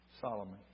Solomon